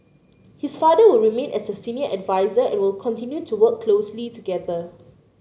his father will remain as a senior adviser and will continue to work closely together